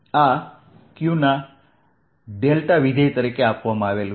આ qના વિધેય તરીકે આપવામાં આવ્યું છે